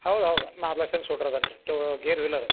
ಹೌದು ಹೌದು ನಾ ಅದಾನ ರೀ ಟು ಗೇರ್ ವೀಲರ